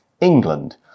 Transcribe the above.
England